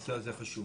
הנושא הזה חשוב.